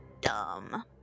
dumb